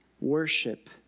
worship